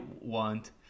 want